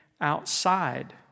outside